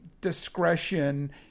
discretion